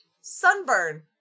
Sunburn